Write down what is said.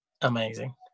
amazing